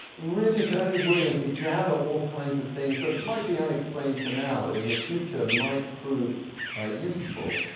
really very willing to gather all kinds of things that might be unexplained for now, but in the future might prove useful.